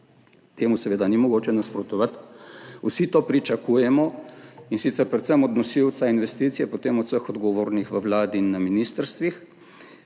Temu seveda ni mogoče nasprotovati, vsi to pričakujemo, in sicer predvsem od nosilca investicije, potem od vseh odgovornih v Vladi in na ministrstvih.